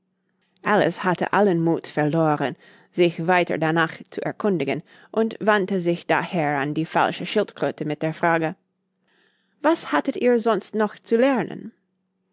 alice hatte allen muth verloren sich weiter danach zu erkundigen und wandte sich daher an die falsche schildkröte mit der frage was hattet ihr sonst noch zu lernen